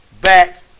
back